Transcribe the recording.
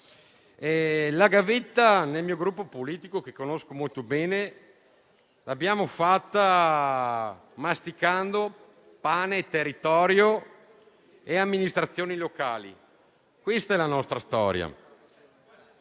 all'estero. Nel mio Gruppo politico, che conosco molto bene, abbiamo fatto la gavetta masticando pane, territorio e amministrazioni locali. Questa è la nostra storia.